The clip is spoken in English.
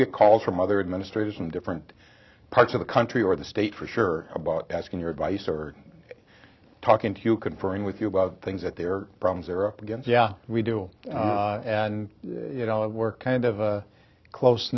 get calls from other administrators from different parts of the country or the state for sure about asking your advice or talking to you conferring with you about things that there are problems they're up against yeah we do and you know we're kind of a close